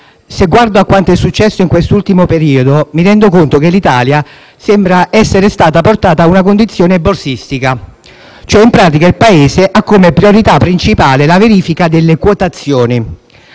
se guardo a quanto è accaduto in quest'ultimo periodo, mi rendo conto che l'Italia sembra essere stata portata a una condizione borsistica. In pratica, il Paese ha come priorità principale la verifica delle quotazioni.